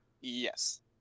Yes